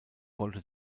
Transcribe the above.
wollte